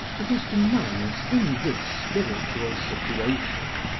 it is to minds in this spiritual situation,